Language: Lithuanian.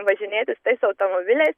važinėtis tais automobiliais